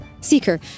seeker